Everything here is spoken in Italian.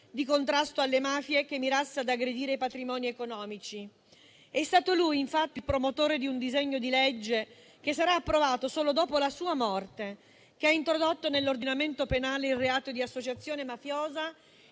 di contrasto alle mafie che mirasse ad aggredire i patrimoni economici. È stato lui, infatti, il promotore di un disegno di legge che sarà approvato solo dopo la sua morte, che ha introdotto nell'ordinamento penale il reato di associazione mafiosa